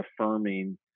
affirming